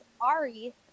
Ari